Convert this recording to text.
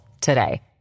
today